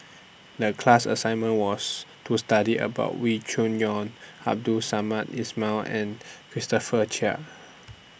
The class assignment was to study about Wee Cho Yaw Abdul Samad Ismail and Christopher Chia